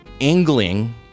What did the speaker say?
angling